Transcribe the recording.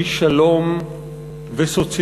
איש שלום וסוציאליסט.